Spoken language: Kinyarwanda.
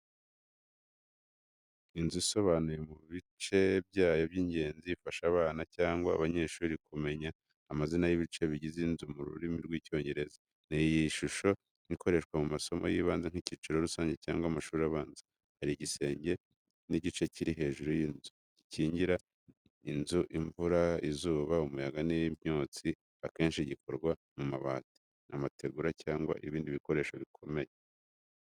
Inzu isobanuye mu bice byayo by’ingenzi, ifasha abana cyangwa abanyeshuri kumenya amazina y'ibice bigize inzu mu rurimi rw'Icyongereza. Ni ishusho ikoreshwa mu masomo y'ibanze nk'icyiciro rusange cyangwa amashuri abanza. Hari igisenge ni igice kiri hejuru y’inzu, gikingira inzu imvura, izuba, umuyaga n’ibyotsi akenshi gikorwa mu mabati, amategura, cyangwa ibindi bikoresho bikomeye.